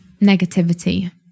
negativity